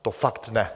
To fakt ne.